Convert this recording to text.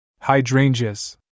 Hydrangeas